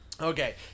Okay